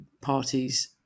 parties